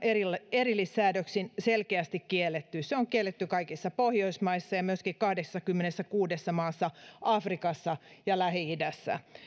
erillissäädöksin selkeästi kielletty se on kielletty kaikissa pohjoismaissa ja myöskin kahdessakymmenessäkuudessa maassa afrikassa ja lähi idässä